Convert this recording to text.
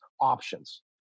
options